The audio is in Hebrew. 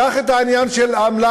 קח את העניין של האמל"ח.